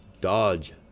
dodge